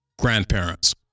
grandparents